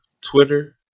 Twitter